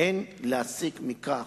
אין להסיק מכך,